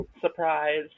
Surprise